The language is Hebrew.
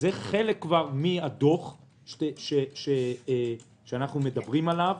זה כבר חלק מהדוח שאנחנו מדברים עליו.